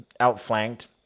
outflanked